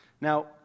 Now